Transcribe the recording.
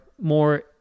more